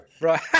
right